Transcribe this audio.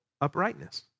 uprightness